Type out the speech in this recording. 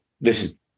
listen